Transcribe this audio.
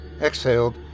exhaled